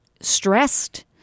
Stressed